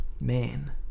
man